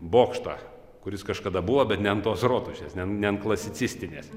bokštą kuris kažkada buvo bet ne ant tos rotušės ne ant klasicistinės